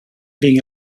being